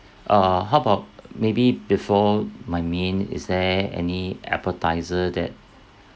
uh how about maybe before my main is there any appetiser that